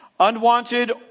Unwanted